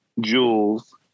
jewels